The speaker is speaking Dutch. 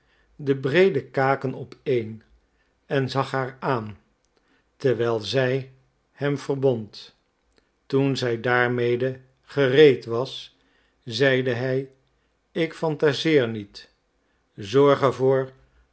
de breede kaken opeen en zag haar aan terwijl zij hem verbond toen zij daarmede gereed was zeide hij ik phantaseer niet zorg